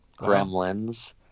Gremlins